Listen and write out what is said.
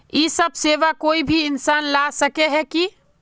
इ सब सेवा कोई भी इंसान ला सके है की?